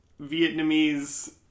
Vietnamese